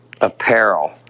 apparel